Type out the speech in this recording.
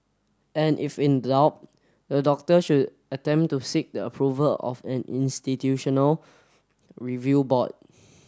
and if in doubt the doctor should attempt to seek the approval of an institutional review board